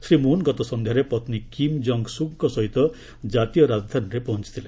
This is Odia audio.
ଶ୍ରୀ ମୁନ୍ ଗତ ସନ୍ଧ୍ୟାରେ ପତ୍ନୀ କିମ୍ ଜଙ୍ଗ୍ ସୁକ୍ଙ୍କ ସହିତ କାତୀୟ ରାଜଧାନୀରେ ପହଞ୍ଚଥିଥିଲେ